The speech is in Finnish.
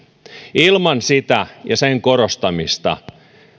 ilman sitä ja sen korostamista